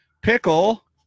Pickle